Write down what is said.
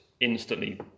instantly